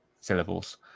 syllables